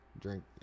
drink